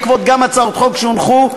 גם בעקבות הצעות חוק שהונחו,